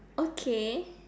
okay